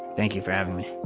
thank you for having me